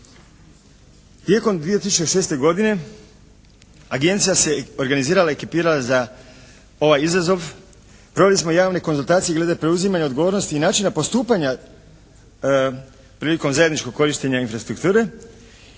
Tijekom 2006. godine Agencija se organizirala i ekipirala za ovaj izazova. Proveli smo javne konzultacije glede preuzimanja odgovornosti i načina postupanja prilikom zajedničkog korištenja infrastrukture